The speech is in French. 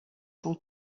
son